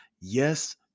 Yes